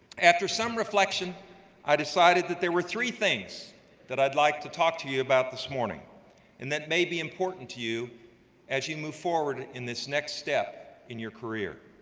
after some reflection i decided that there were three things that i'd like to talk to you about this morning and that may be important to you as you move forward in this next step in your career.